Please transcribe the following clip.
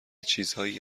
چیزهایی